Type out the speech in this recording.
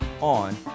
on